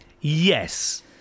Yes